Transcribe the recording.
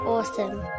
Awesome